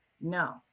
No